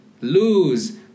lose